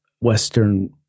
Western